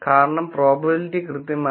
കാരണം പ്രോബബിലിറ്റി കൃത്യമായി 0